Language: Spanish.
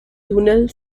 túnel